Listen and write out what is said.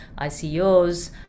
ICOs